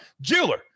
Jeweler